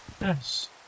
Yes